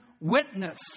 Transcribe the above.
witness